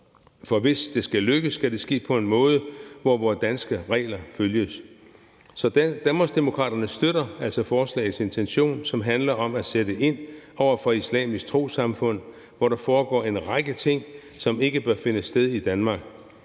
for hvis det skal lykkes, skal det ske på en måde, hvor vore danske regler følges. Danmarksdemokraterne støtter altså forslagets intention, som handler om at sætte ind over for Islamisk Trossamfund, hvor der foregår en række ting, som ikke bør finde sted i Danmark.